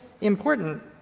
important